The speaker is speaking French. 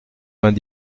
vingt